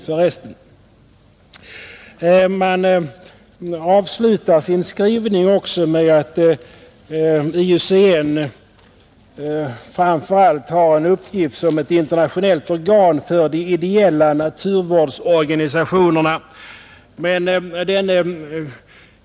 Naturvårdsverket avslutar sin skrivning med att ”IUCN framför allt har en uppgift ——— som ett internationellt organ för de ideella naturvårdsorganisationerna”.